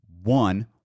one